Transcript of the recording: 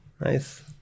Nice